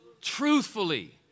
truthfully